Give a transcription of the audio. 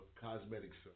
cosmetics